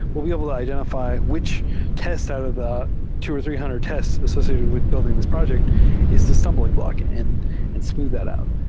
we'll be able to identify which tests out of the two hundred or three hundred tests associated with building this project is the stumbling block and and smooth that out.